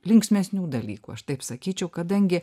linksmesnių dalykų aš taip sakyčiau kadangi